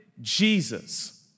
Jesus